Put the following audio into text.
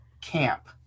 camp